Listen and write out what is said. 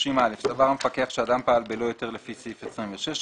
סבר המפקח שאדם פעל בלא היתר לפי סעיף 26,